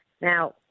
Now